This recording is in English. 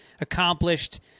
accomplished